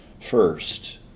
first